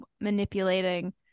manipulating